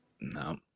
No